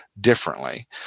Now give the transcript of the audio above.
differently